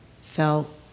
felt